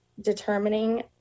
determining